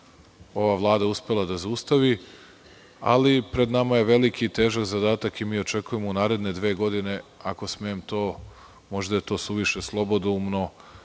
ova Vlada uspela da zaustavi. Ali, pred nama je veliki i težak zadatak i očekujemo u naredne dve godine, možda je to suviše slobodoumno,